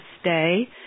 stay